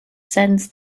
sends